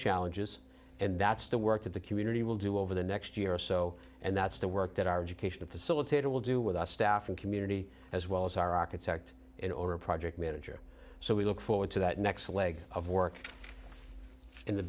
challenges and that's the work that the community will do over the next year or so and that's the work that our education facilitator will do with us staff and community as well as our architect and or a project manager so we look forward to that next leg of work in the